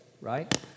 right